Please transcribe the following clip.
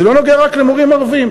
זה לא נוגע רק למורים ערבים.